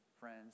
friends